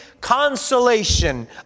consolation